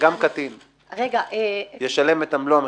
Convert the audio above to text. גם קטין ישלם את מלוא המחיר.